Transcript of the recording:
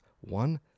One